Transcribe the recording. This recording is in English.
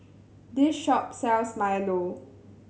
this shop sells milo